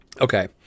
Okay